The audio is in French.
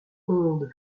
ondes